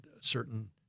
certain